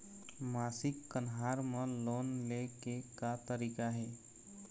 मासिक कन्हार म लोन ले के का तरीका हे?